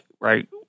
right